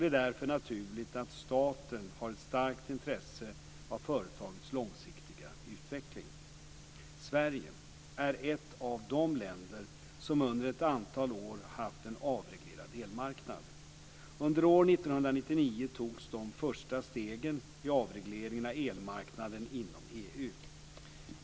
Det är därför naturligt att staten har ett starkt intresse av företagets långsiktiga utveckling. Sverige är ett av de länder som under ett antal år haft en avreglerad elmarknad. Under år 1999 togs de första stegen i avregleringen av elmarknaderna inom EU.